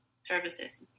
services